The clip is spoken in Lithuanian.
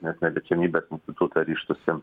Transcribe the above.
net neliečiamybės institutą ryžtųsi